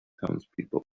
townspeople